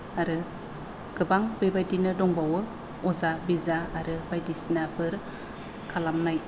आरो गोबां बेबायदिनो दंबावो अजा बिजा आरो बायदिसिनाफोर खालामनाय